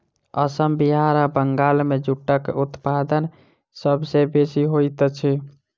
असम बिहार आ बंगाल मे जूटक उत्पादन सभ सॅ बेसी होइत अछि